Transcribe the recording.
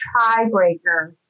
tiebreaker